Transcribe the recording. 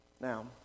Now